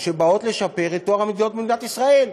שבאות לשפר את טוהר המידות במדינת ישראל.